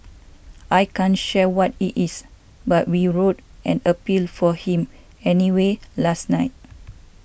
I can't share what it is but we wrote an appeal for him anyway last night